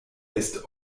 ist